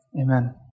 Amen